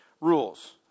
rules